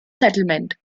settlement